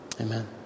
Amen